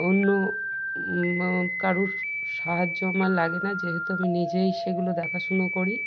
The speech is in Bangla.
অন্য কারোর সাহায্য আমার লাগে না যেহেতু আমি নিজেই সেগুলো দেখাশুনো করি